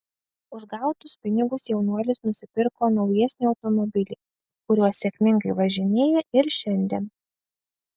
už gautus pinigus jaunuolis nusipirko naujesnį automobilį kuriuo sėkmingai važinėja ir šiandien